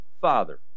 Father